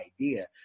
idea